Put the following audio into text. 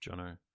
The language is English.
Jono